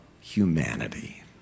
humanity